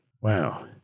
Wow